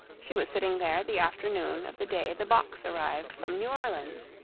she was sitting there the afternoon of the day the box arrived from new orleans.